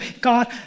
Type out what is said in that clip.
God